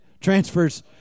Transfers